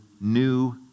new